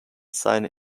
seinen